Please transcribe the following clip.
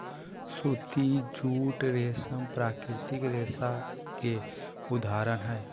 सूती, जूट, रेशम प्राकृतिक रेशा के उदाहरण हय